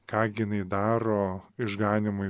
ką ginai daro išganymui